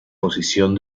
posición